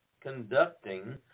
conducting